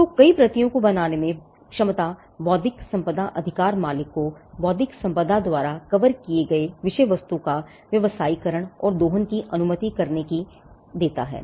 तो कई प्रतियों को बनाने की क्षमता बौद्धिक संपदा अधिकार मालिक को बौद्धिक संपदा द्वारा कवर किए गए विषय वस्तु का व्यावसायीकरण और दोहन करने की अनुमति देती है